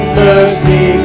mercy